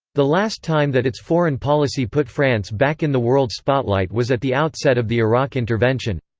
the last time that its foreign policy put france back in the world spotlight was at the outset of the iraq intervention.